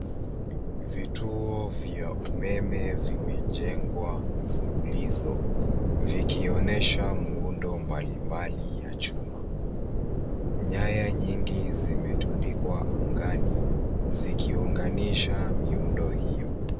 Vituo vya umeme vimejengwa mfululizo vikionyesha muundo mbalimbali ya chuma. Nyaya nyingi zimetundikwa angani zikiunganisha miundo hio.